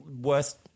Worst